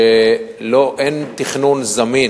כשאין תכנון זמין